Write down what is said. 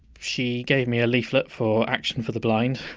she gave me a leaflet for action for the blind,